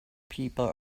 people